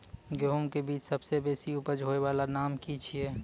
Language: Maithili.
गेहूँमक बीज सबसे बेसी उपज होय वालाक नाम की छियै?